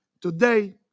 Today